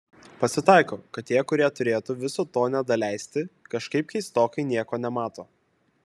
pasitaiko kad tie kurie turėtų viso to nedaleisti kažkaip keistokai nieko nemato